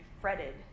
fretted